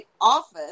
office